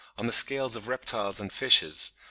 on the scales of reptiles and fishes,